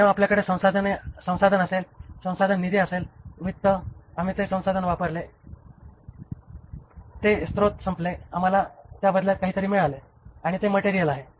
जेव्हा आपल्याकडे संसाधन असेल संसाधन निधी असेल वित्त आम्ही ते संसाधन वापरले ते स्रोत संपले आम्हाला त्या बदल्यात काहीतरी मिळाले आणि ते मटेरियल आहे